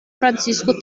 francisco